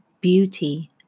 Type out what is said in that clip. beauty